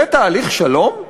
זה תהליך שלום?